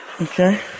Okay